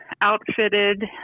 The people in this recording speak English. Outfitted